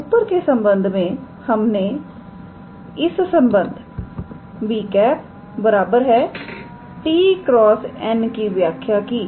तो ऊपर के संबंध में हमने इस संबंध 𝑏̂ 𝑡̂× 𝑛̂ की व्याख्या की